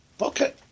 Okay